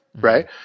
right